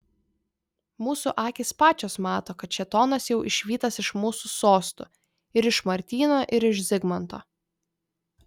mūsų akys pačios mato kad šėtonas jau išvytas iš mūsų sostų ir iš martyno ir iš zigmanto